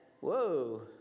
Whoa